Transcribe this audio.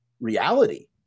reality